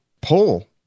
pull